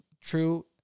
true